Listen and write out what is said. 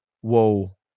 whoa